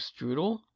strudel